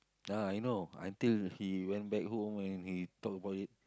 ah I know until he went back home and he talk about it